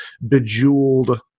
bejeweled